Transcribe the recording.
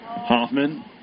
Hoffman